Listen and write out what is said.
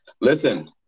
Listen